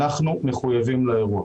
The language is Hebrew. אנחנו מחויבים לאירוע.